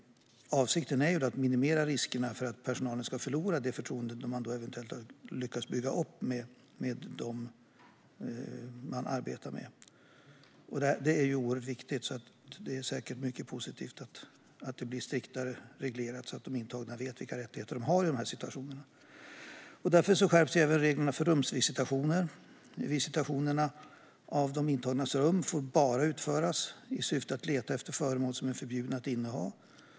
Avsikten är att minimera risken att personalen förlorar det förtroende som man eventuellt lyckats bygga upp med dem man arbetar med. Det är ju oerhört viktigt, så det är säkert mycket positivt att det här blir mer strikt reglerat så att de intagna vet vilka rättigheter de har i den situationen. Därför skärps även reglerna för rumsvisitationer. Visitationer av de intagnas rum får bara utföras i syfte att leta efter föremål som är förbjudna att inneha.